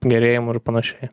gerėjimo ir panašiai